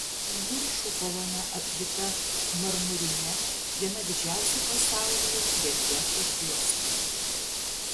į viršų kolona apvyta marmurine viena didžiausių pasaulyje reljefų juosta